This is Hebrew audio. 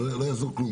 לא יעזור כלום,